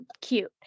cute